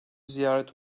ziyaret